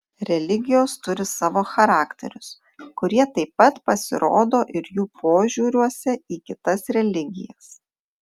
religijos turi savo charakterius kurie taip pat pasirodo ir jų požiūriuose į kitas religijas